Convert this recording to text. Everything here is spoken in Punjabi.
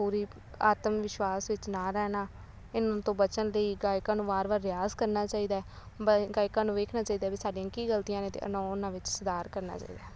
ਪੂਰੀ ਆਤਮ ਵਿਸ਼ਵਾਸ ਵਿੱਚ ਨਾ ਰਹਿਣਾ ਇਨ੍ਹਾਂ ਤੋਂ ਬਚਣ ਲਈ ਗਾਇਕਾਂ ਨੂੰ ਵਾਰ ਵਾਰ ਰਿਆਜ਼ ਕਰਨਾ ਚਾਹੀਦਾ ਹੈ ਬ ਗਾਇਕਾਂ ਨੂੰ ਵੇਖਣਾ ਚਾਹੀਦਾ ਵੀ ਸਾਡੀਆਂ ਕੀ ਗਲਤੀਆਂ ਨੇ ਅਤੇ ਓਨੂੰ ਉਨ੍ਹਾਂ ਵਿੱਚ ਸੁਧਾਰ ਕਰਨਾ ਚਾਹੀਦਾ ਹੈ